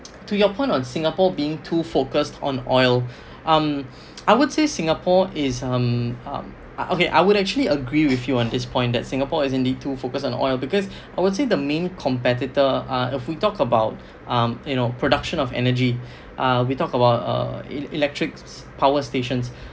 to your point on singapore being too focused on oil um I would say singapore is um um okay I would actually agree with you on this point that singapore is indeed too focused on oil because obviously the main competitor ah if we talk about um you know production of energy uh we talk about uh electrics power stations